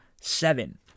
seven